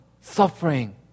Suffering